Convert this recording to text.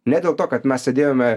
ne dėl to kad mes sėdėjome